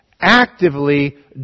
actively